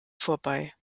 vorbei